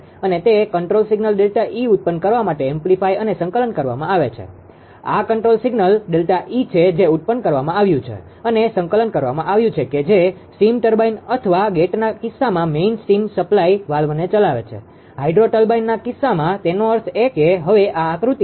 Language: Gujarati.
અને તે કંટ્રોલ સિગ્નલ ΔE ઉત્પન્ન કરવા માટે એમ્પ્લીફાઈ અને સંકલન કરવામાં આવે છે આ કંટ્રોલ સિગ્નલ ΔE છે જે ઉત્પન્ન કરવામાં આવ્યું છે અને સંકલન કરવામાં આવ્યું છે કે જે સ્ટીમ ટર્બાઇન અથવા ગેટના કિસ્સામાં મેઈન સ્ટીમ સપ્લાય વાલ્વને ચલાવે છે હાઇડ્રો ટર્બાઇનના કિસ્સામાં તેનો અર્થ એ કે હવે આ આકૃતિમાં છે